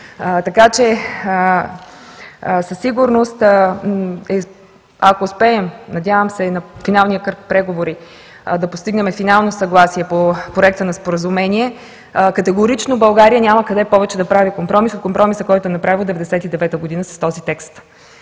Със сигурност, ако успеем, надявам се на финалния кръг преговори да постигнем финално съгласие по проекта на Споразумение, категорично България няма къде повече да прави компромис от компромиса, който е направен през 1999 г. с този текст.